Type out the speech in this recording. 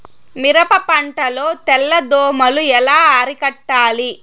మిరప పంట లో తెల్ల దోమలు ఎలా అరికట్టాలి?